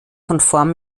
konform